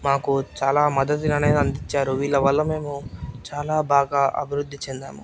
మాకు చాలా మద్దతు అనేది అందించారు వీళ్ళ వల్ల మేము చాలా బాగా అభివృద్ధి చెందాము